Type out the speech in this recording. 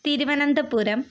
Thiruvananthapuram